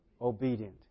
Obedient